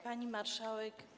Pani Marszałek!